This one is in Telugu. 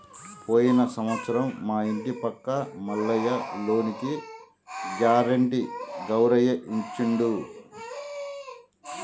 పోయిన సంవత్సరం మా ఇంటి పక్క మల్లయ్య లోనుకి గ్యారెంటీ గౌరయ్య ఇచ్చిండు